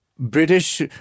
British